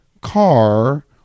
car